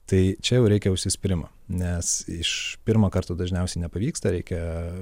tai čia jau reikia užsispyrimo nes iš pirmo karto dažniausiai nepavyksta reikia